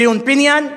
ציון פיניאן.